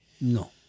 No